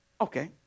Okay